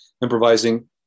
improvising